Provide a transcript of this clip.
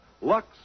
Lux